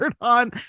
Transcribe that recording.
on